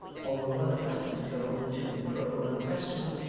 or were well-accustomed to go to and fro unquestioned,